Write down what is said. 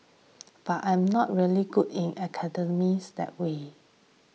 but I'm not really good in academics that way